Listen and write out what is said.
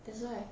that's why